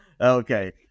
Okay